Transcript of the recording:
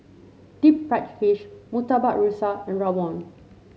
Deep Fried Fish Murtabak Rusa and rawon